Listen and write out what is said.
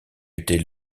était